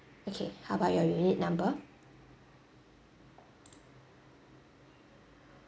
okay how about your unit number